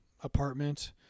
apartment